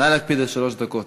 נא להקפיד על שלוש דקות.